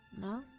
No